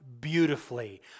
beautifully